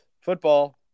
Football